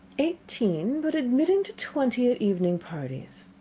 eighteen, but admitting to twenty at evening parties.